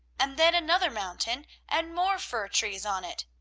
and then another mountain and more fir trees on it.